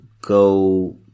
go